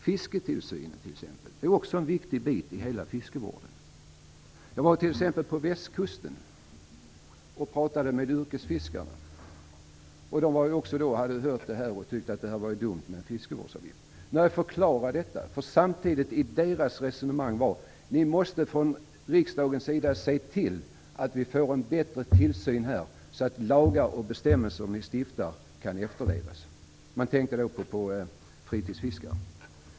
Fisketillsynen är t.ex. också en viktig bit i fiskevården. Jag var på västkusten och pratade med yrkesfiskarna. De hade också hört talas om en fiskevårdsavgift och tyckte att den var dum. Nu har jag förklarat innebörden, för i deras resonemang fanns samtidigt en begäran: Ni måste från riksdagens sida se till att vi får en bättre tillsyn, så att bestämmelser och lagar ni stiftar kan efterlevas. Man tänkte då på fritidsfiskare.